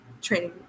training